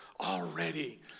already